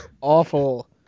awful